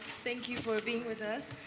thank you for being with us.